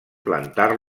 plantar